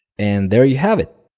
and there you have it.